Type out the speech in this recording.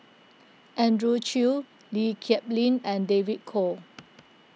Andrew Chew Lee Kip Lin and David Kwo